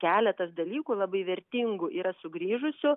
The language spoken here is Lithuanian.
keletas dalykų labai vertingų yra sugrįžusių